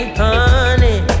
honey